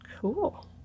cool